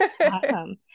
Awesome